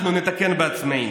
אנחנו נתקן בעצמנו.